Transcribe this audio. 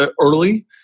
early